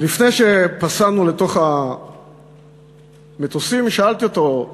ולפני שפסענו לתוך המטוסים שאלתי אותו,